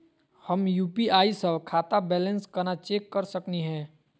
हम यू.पी.आई स खाता बैलेंस कना चेक कर सकनी हे?